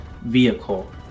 vehicle